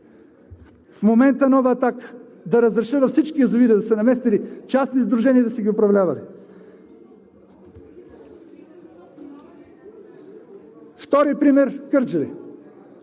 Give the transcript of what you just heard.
В момента нова атака – да разреша на всички язовири да се наместили частни сдружения, за да си ги управлявали! Втори пример – Кърджали.